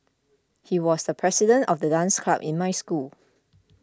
he was the president of the dance club in my school